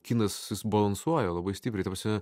kinas jis balansuoja labai stipriai ta prasme